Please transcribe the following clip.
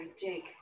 Jake